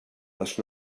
les